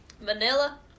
Vanilla